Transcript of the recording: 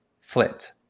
Flint